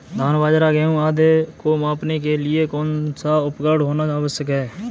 धान बाजरा गेहूँ आदि को मापने के लिए कौन सा उपकरण होना आवश्यक है?